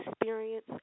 experience